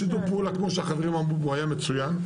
שיתוף הפעולה כמו שהחברים אמרו פה היה מצוין,